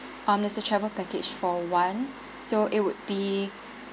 um there's a travel package for one so it would be